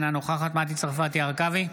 אינה נוכחת מטי צרפתי הרכבי,